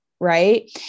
right